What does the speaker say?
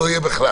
שלא יהיה בכלל.